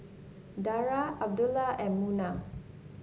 Dara Abdullah and Munah